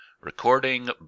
Recording